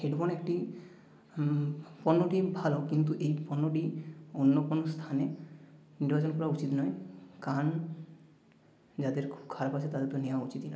headphone একটি পণ্যটি ভালো কিন্তু এই পণ্যটি অন্য কোনো স্থানে ইন্ট্রোগেশন উচিত নয় কান যাদের খুব খারাপ আছে তাদের তো নেওয়া উচিতই নয়